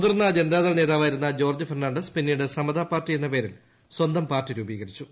മുതിർന്ന ജനതാദൾ നേതാവായിരുന്ന ജോർജ്ജ് ഫെർണാണ്ടസ് പിന്നീട് സമതാ പാർട്ടി എന്ന പേരിൽ സ്വന്തം പാർട്ടി രൂപീകരിച്ചു